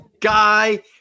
guy